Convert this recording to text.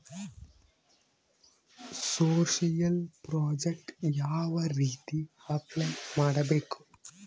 Social project ಯಾವ ರೇತಿ apply ಮಾಡಬೇಕು?